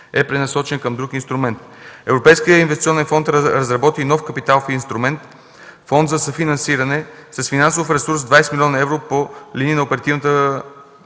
е пренасочен към друг инструмент. Европейският инвестиционен фонд разработи нов капиталов инструмент – Фонд за съфинансиране, с финансов ресурс 20 млн. евро по линия на Оперативната